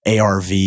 ARV